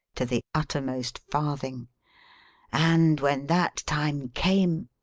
to the uttermost farthing and when that time came.